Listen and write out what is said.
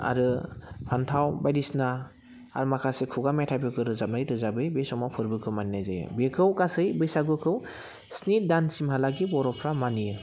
आरो फान्थाव बायदिसिना आरो माखासे खुगा मेथाइफोरखौ रोजाबनाय रोजाबै बै समाव फोरबोखौ मानिनाय जायो बेखौ गासै बैसागुखौ स्नि दानसिमहालागै बर'फ्रा मानियो